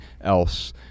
else